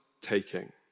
taking